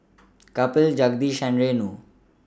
Kapil Jagadish and Renu